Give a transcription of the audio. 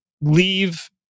leave